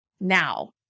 Now